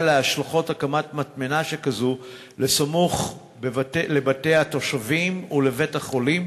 להשלכות הקמת מטמנה שכזאת סמוך לבתי התושבים או לבית-החולים?